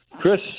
Chris